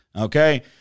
Okay